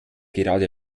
gerade